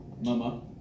mama